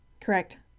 Correct